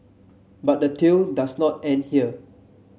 but the tail does not end here